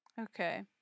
Okay